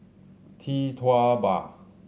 Tee Tua Ba